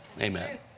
Amen